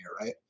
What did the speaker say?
right